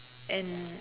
and